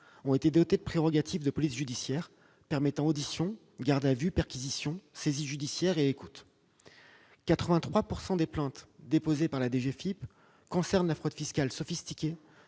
ont été dotés de prérogatives de police judiciaire permettant auditions, gardes à vue, perquisitions, saisies judiciaires et écoutes. Ainsi, 83 % des plaintes déposées par la DGFiP concernent la fraude fiscale sophistiquée,